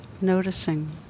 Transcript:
noticing